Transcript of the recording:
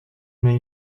mais